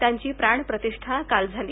त्यांची प्राणप्रतिष्ठा काल झाली